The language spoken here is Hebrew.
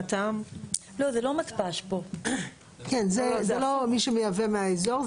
זה לא מי שמייבא מאזור,